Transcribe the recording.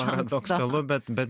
parodaksalu bet bet